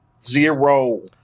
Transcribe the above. Zero